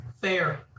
Fair